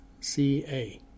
CA